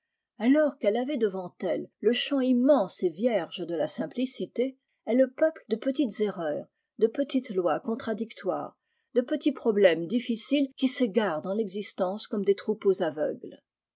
alors qu'elle avait devant elle le champs immense et vierge delà simplicité elle le peuple de petites erreurs de petites lois contradictoires de petits problèmes difficiles qui s'égarent dans rexislence comme des troupeaux aveugles